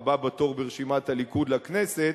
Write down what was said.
הבא בתור ברשימת הליכוד לכנסת.